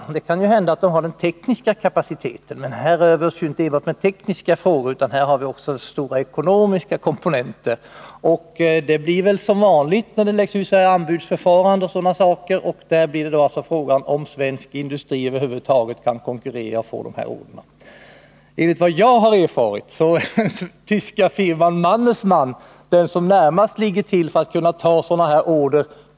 Det kan ju hända att den har den tekniska kapaciteten. Men här rör det sig inte endast om tekniska frågor, utan här har vi också stora ekonomiska komponenter med i bilden. Det blir väl som vanligt ett anbudsförfarande, och då är frågan om svensk industri över huvud taget kan konkurrera och få dessa order. Enligt vad jag har erfarit är den tyska firman Mannesmann den som ligger närmast till för att kunna ta sådana order.